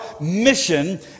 mission